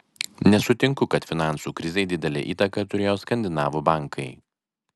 nesutinku kad finansų krizei didelę įtaką turėjo skandinavų bankai